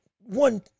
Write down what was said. one